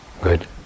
good